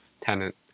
tenant